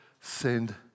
send